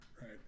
right